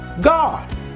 God